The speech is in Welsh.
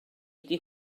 ydy